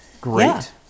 Great